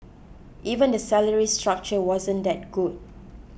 even the salary structure wasn't that good